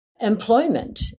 employment